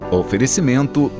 oferecimento